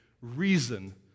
reason